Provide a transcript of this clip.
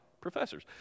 professors